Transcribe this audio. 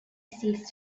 ceased